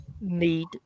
need